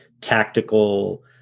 tactical